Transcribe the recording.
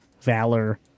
Valor